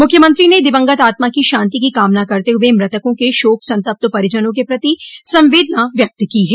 मुख्यमंत्री ने दिवंगत आत्मा की शांति की कामना करते हुए मुतकों के शोक संतप्त परिजनों के प्रति संवेदना व्यक्त की है